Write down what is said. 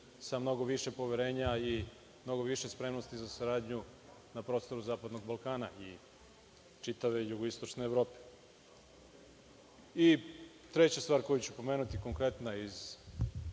sa mnogo više poverenja i mnogo više spremnosti za saradnju na prostoru zapadnog Balkana i čitave jugoistočne Evrope. Treća stvar koju ću pomenuti iz